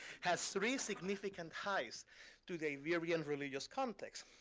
has three significant ties to the iberian religious context.